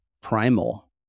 primal